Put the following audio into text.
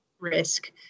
risk